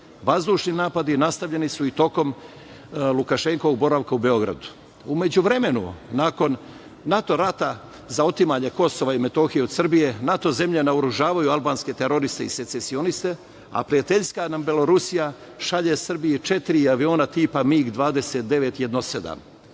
Vazdušni napadi nastavljeni su i tokom Lukašenkovog boravka u Beogradu.U međuvremenu, nakon NATO rata za otimanje Kosova i Metohije od Srbije, NATO zemlje naoružavaju albanske teroriste i secesioniste, a Srbiji prijateljska nam Belorusija šalje četiri aviona tipa MIG-29